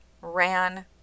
ran